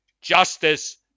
Justice